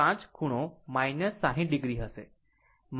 5 ખૂણો 60 o હશે